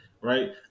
right